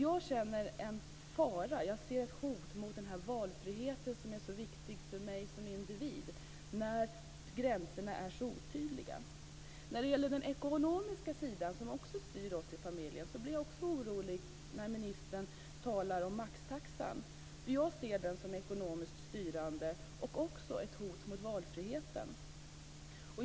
Jag ser ett hot mot valfriheten - som är så viktig för mig som individ - när gränserna är så otydliga. Den ekonomiska sidan styr också familjen. Jag blir då orolig när ministern talar om maxtaxan. Jag ser den som ekonomiskt styrande och som ett hot mot valfriheten.